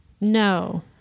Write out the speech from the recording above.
No